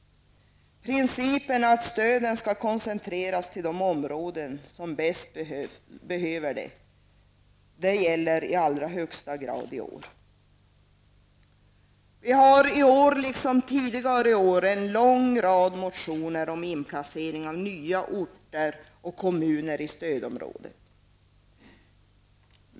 Principen att stöden skall koncentreras till de områden som mest behöver stöd gäller i allra högsta grad i år. Det finns i år, liksom det har funnits tidigare år, en lång rad motioner med krav på inplacering av nya orter och kommuner i stödområde.